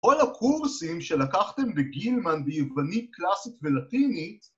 כל הקורסים שלקחתם בגילמן ביוונית קלאסית ולטינית